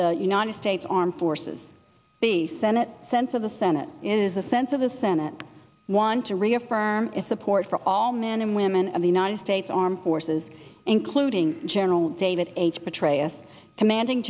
the united states armed forces the senate sense of the senate in a sense of the senate want to reaffirm its support for all men and women of the united states armed forces including general david petraeus commanding